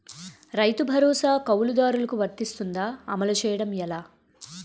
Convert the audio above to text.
రైతు భరోసా కవులుదారులకు వర్తిస్తుందా? అమలు చేయడం ఎలా